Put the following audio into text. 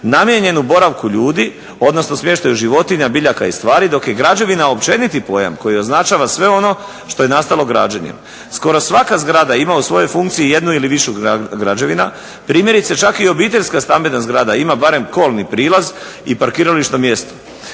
namijenjenu boravku ljudi odnosno smještaju životinja, biljaka i stvari dok je građevina općeniti pojam koji označava sve ono što je nastalo građenjem. Skoro svaka zgrada ima u svojoj funkciji jednu ili više građevina, primjerice čak i obiteljska stambena zgrada ima barem kolni prilaz i parkirališno mjesto.